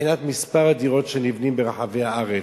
מבחינת מספר הדירות שנבנות ברחבי הארץ,